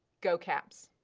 go caps!